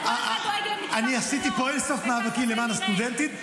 אני עשיתי פה אין-סוף מאבקים למען הסטודנטים.